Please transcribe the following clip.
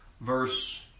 verse